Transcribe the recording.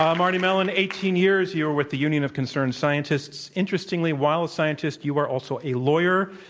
um mardi mellon, eighteen years you are with the union of concerned scientists. interestingly, while a scientist you are also a lawyer.